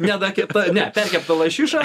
nedakepta ne perkepta lašiša